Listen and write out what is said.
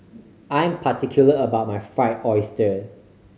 I'm particular about my Fried Oyster